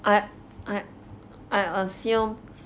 I I I assume